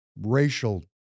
racial